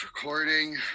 recording